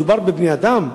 מדובר בבני-אדם.